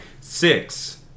six